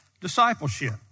discipleship